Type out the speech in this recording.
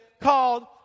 called